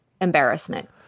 embarrassment